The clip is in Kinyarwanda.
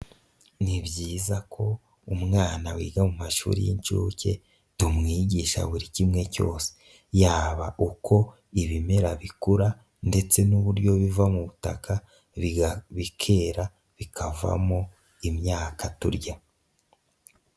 Ni byiza ko umwana wiga mu mashuri y'inshuke tumwigisha buri kimwe cyose, yaba uko ibimera bikura ndetse n'uburyo biva mu butaka bikera bikavamo imyaka turya.